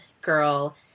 girl